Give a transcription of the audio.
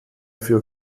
für